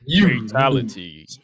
Fatality